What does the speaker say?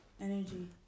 energy